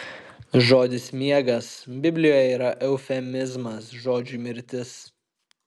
žodis miegas biblijoje yra eufemizmas žodžiui mirtis